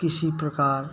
किसी प्रकार